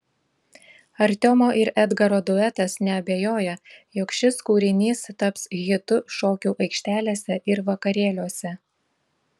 artiomo ir edgaro duetas neabejoja jog šis kūrinys taps hitu šokių aikštelėse ir vakarėliuose